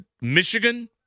Michigan